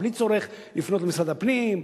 בלי צורך לפנות למשרד הפנים,